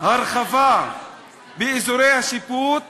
הרחבה באזורי השיפוט